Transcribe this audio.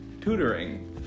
tutoring